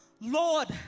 Lord